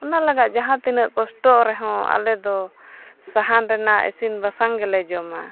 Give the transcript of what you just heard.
ᱚᱱᱟ ᱞᱟᱹᱜᱤᱫ ᱡᱟᱦᱟᱸ ᱛᱤᱱᱟᱹᱜ ᱠᱚᱥᱴᱚᱜ ᱨᱮᱦᱚᱸ ᱟᱞᱮᱫᱚ ᱥᱟᱦᱟᱱ ᱨᱮᱱᱟᱜ ᱤᱥᱤᱱ ᱵᱟᱥᱟᱝ ᱜᱮᱞᱮ ᱡᱚᱢᱟ